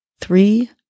three